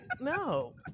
no